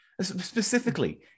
Specifically